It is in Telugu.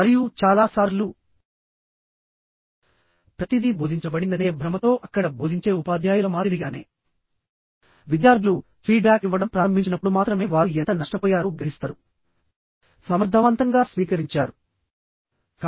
మరియు చాలా సార్లు ప్రతిదీ బోధించబడిందనే భ్రమతో అక్కడ బోధించే ఉపాధ్యాయుల మాదిరిగానే విద్యార్థులు ఫీడ్బ్యాక్ ఇవ్వడం ప్రారంభించినప్పుడు మాత్రమే వారు ఎంత నష్టపోయారో గ్రహిస్తారు సమర్థవంతంగా స్వీకరించారు